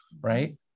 right